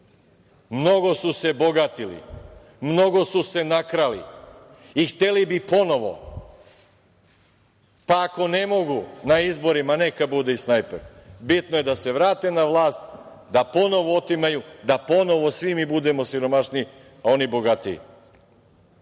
mnogo su se bogatili, mnogo su se nakrali i hteli bi ponovo, pa ako ne mogu na izborima, neka bude i snajper. Bitno je da se vrate na vlast, da ponovo otimaju, da ponovo svi mi budemo siromašniji, a oni bogatiji. Obećavam